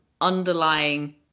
underlying